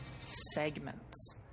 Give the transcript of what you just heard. segments